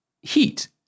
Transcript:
heat